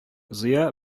зыя